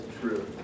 true